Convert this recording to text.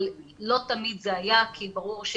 אבל לא תמיד זה היה כי ברור.